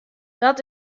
dat